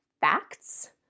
facts